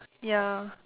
ya